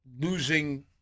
Losing